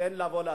הבנתי.